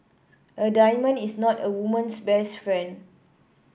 a diamond is not a woman's best friend